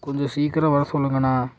கொஞ்ச சீக்கிரம் வர சொல்லுங்கண்ணா